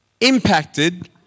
impacted